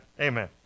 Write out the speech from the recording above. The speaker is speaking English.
Amen